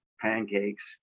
pancakes